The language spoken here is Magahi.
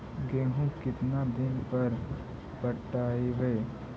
गेहूं केतना दिन पर पटइबै?